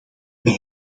wij